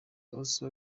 also